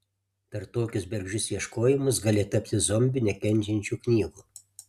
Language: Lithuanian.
per tokius bergždžius ieškojimus gali tapti zombiu nekenčiančiu knygų